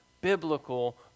biblical